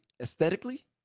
aesthetically